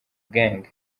gangs